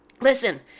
listen